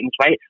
right